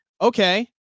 okay